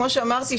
כמו שאמרתי,